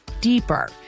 deeper